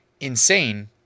insane